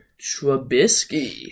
Trubisky